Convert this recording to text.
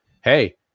hey